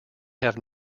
have